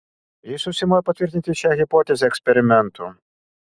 jis užsimojo patvirtinti šią hipotezę eksperimentu